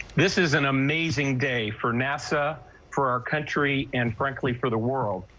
this is an amazing day for nasa for our country and frankly for the world.